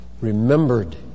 remembered